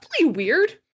weird